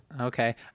Okay